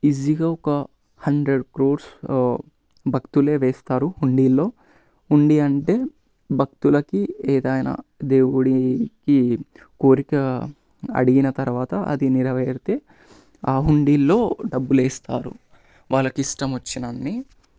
ఈజీగా ఒక హండ్రెడ్ క్రోర్స్ భక్తులు వేస్తారు హుండీలో హుండీ అంటే భక్తులకి ఏదైనా దేవుడికి కోరిక అడిగిన తరవాత అది నెరవేరితే ఆ హుండీలో డబ్బులు వేస్తారు వాళ్ళకి ఇష్టం వచ్చిన అన్ని